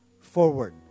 forward